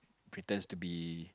pretends to be